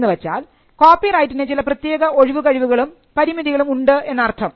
എന്ന് വെച്ചാൽ കോപ്പിറൈറ്റിന് ചില പ്രത്യേക ഒഴിവുകഴിവുകളും പരിമിതികളും ഉണ്ട് എന്നർത്ഥം